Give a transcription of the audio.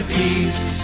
peace